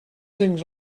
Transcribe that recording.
things